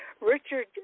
Richard